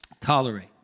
Tolerate